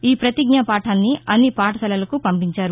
ఈ ప్రతిజ్ఞా పాఠాన్ని అన్ని పాఠశాలలకు పంపించారు